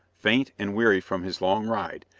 faint and weary from his long ride,